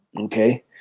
Okay